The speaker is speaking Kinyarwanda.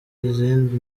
izindi